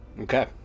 okay